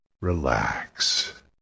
Relax